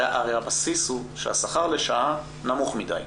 הרי הבסיס הוא שהשכר לשעה נמוך מדי.